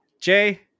Jay